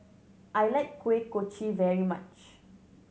I like Kuih Kochi very much